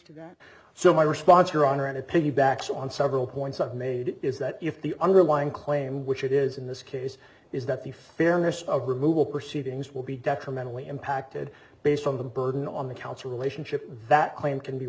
to that so my response your honor an opinion backs on several points i've made is that if the underlying claim which it is in this case is that the fairness of removal proceedings will be detrimentally impacted based on the burden on the council relationship that claim can be